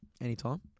Anytime